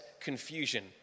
confusion